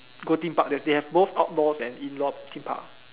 go theme park they they have both outdoors and indoor theme park